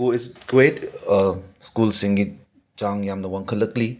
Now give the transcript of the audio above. ꯀꯣ ꯑꯦ ꯀꯣꯑꯦꯗ ꯁ꯭ꯀꯨꯜꯁꯤꯡꯒꯤ ꯆꯥꯡ ꯌꯥꯝꯅ ꯋꯥꯡꯈꯠꯂꯛꯂꯤ